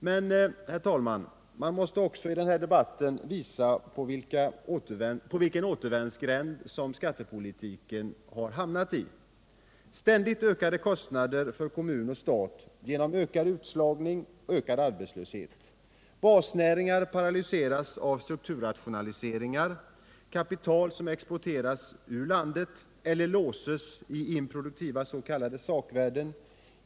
Men, herr talman, man måste också i denna debatt visa på vilken återvändsgränd skattepolitiken har hamnat i: ständigt ökade kostnader för kommuner och stat genom ökad utslagning och arbetslöshet. Basnäringarna paralyseras av strukturrationaliseringar. Kapital exporteras ur landet eller låses i improduktiva s.k. sakvärden.